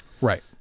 Right